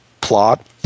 plot